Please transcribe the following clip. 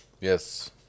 Yes